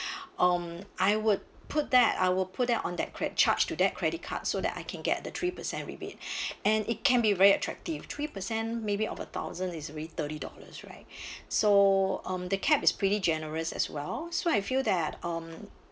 um I would put that I will put them on that cre~ charged to that credit card so that I can get the three percent rebate and it can be very attractive three percent maybe of a thousand is already thirty dollars right so um the cap is pretty generous as well so I feel that um